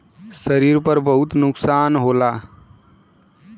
शरीर पे बहुत नुकसान होला